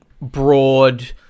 broad